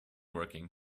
working